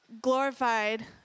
glorified